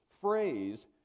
phrase